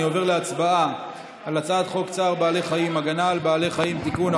אני עובר להצבעה על הצעת חוק צער בעלי חיים (הגנה על בעלי חיים) (תיקון,